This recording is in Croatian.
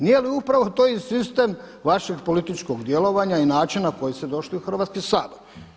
Nije li upravo to i sistem vašeg političkog djelovanja i načina na koji ste došli u Hrvatski sabor?